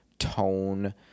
tone